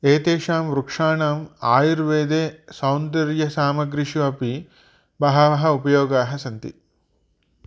एतेषां वृक्षाणाम् आयुर्वेदे सौन्दर्यसामग्रिषु अपि बहवः उपयोगाः सन्ति